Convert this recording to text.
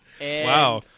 Wow